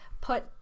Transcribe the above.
put